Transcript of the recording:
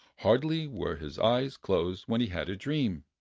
hardly were his eyes closed when he had a dream.